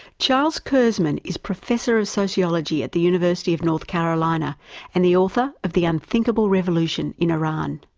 charles kurzman is professor of sociology at the university of north carolina and the author of the unthinkable revolution in iran.